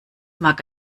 mag